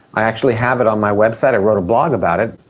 i actually have it on my website, i wrote a blog about it.